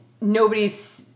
nobody's